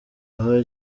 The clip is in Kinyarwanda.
aha